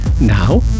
now